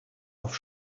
auf